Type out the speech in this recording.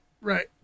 right